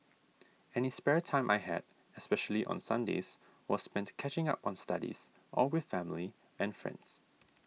any spare time I had especially on Sundays was spent catching up on studies or with family and friends